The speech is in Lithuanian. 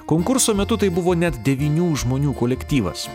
konkurso metu tai buvo net devynių žmonių kolektyvas